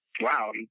Wow